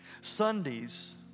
Sundays